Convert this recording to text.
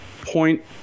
point –